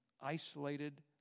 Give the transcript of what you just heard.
isolated